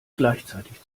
gleichzeitig